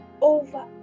over